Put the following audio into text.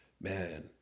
man